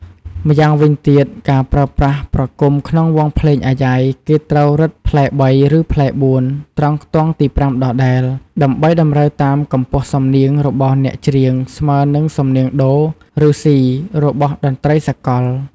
ម្យ៉ាងវិញទៀតការប្រើប្រាស់ប្រគំក្នុងវង់ភ្លេងអាយ៉ៃ គេត្រូវរឹតផ្លែ៣ ឬផ្លែ៤ ត្រង់ខ្ទង់ទី៥ដដែល ដើម្បីតម្រូវតាមកំពស់សំនៀងរបស់អ្នកច្រៀងស្មើនឹងសំនៀងដូ ឬស៊ី របស់តន្ដ្រីសាកល។